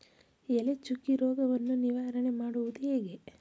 ಎಲೆ ಚುಕ್ಕಿ ರೋಗವನ್ನು ನಿವಾರಣೆ ಮಾಡುವುದು ಹೇಗೆ?